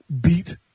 beat